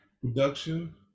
production